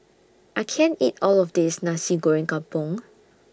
I can't eat All of This Nasi Goreng Kampung